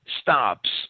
stops